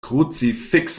kruzifix